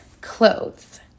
clothes